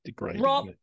Rob